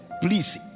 please